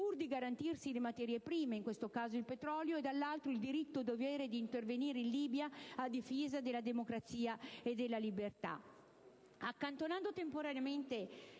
pur di garantirsi le materie prime (in questo caso il petrolio); dall'altro lato, il diritto-dovere di intervenire in Libia a difesa della democrazia e della libertà. Accantonando temporaneamente